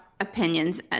opinions